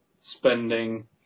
spending